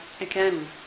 again